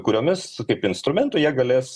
kuriomis kaip instrumentu jie galės